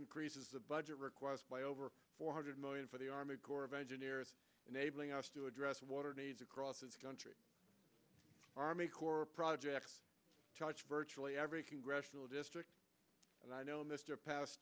increases the budget request by over four hundred million for the army corps of engineers enabling us to address water needs across the country army corps projects touch virtually every congressional district and i know mr pas